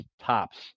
Tops